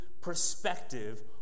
perspective